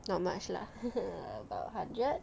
not much lah about hundred